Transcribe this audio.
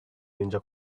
ninja